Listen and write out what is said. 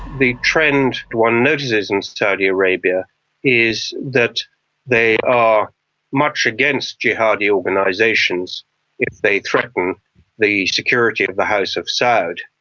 the trend one notices in saudi arabia is that they are much against jihadi organisations if they threaten the security of the house of saud,